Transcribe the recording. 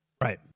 Right